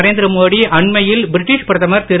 நரேந்திர மோடி அன்மையில் பிரட்டீஷ் பிரதமர் திரு